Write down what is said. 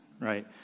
right